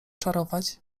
czarować